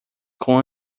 com